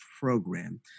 Program